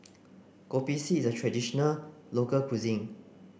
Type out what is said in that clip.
Kopi C is a traditional local cuisine